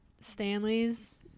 Stanley's